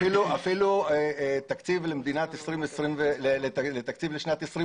אפילו תקציב לשנת 2020